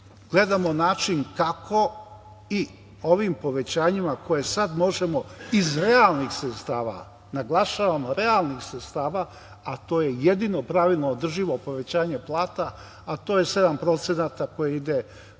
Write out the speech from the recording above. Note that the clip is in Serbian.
gledamo način kako i ovim povećanjima koje sada možemo iz realnih sredstava, naglašavam, realnih sredstava, a to je jedino pravilno održivo povećanje plata, a to je 7% koje ide za